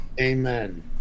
Amen